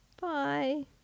bye